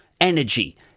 energy